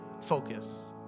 focus